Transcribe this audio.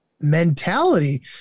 mentality